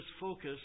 focus